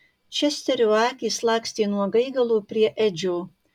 česterio akys lakstė nuo gaigalo prie edžio